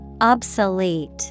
Obsolete